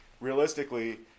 realistically